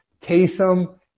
Taysom